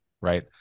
right